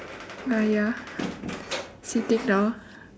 ah ya sitting down